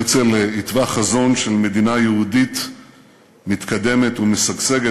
הרצל התווה חזון של מדינה יהודית מתקדמת ומשגשגת.